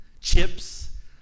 chips